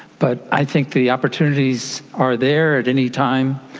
but i think the opportunities are there at any time,